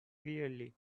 clearly